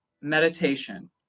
meditation